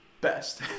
best